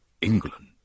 England